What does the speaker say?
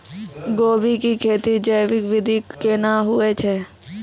गोभी की खेती जैविक विधि केना हुए छ?